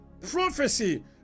prophecy